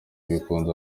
bikunze